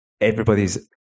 everybody's